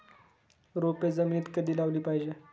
रोपे जमिनीत कधी लावली पाहिजे?